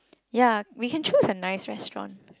ya we can choose a nice restaurant